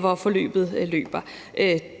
som forløbet varer.